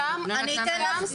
גם, גם סוגיית המבנים.